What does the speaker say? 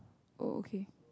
oh okay